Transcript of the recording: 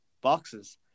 boxes